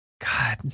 God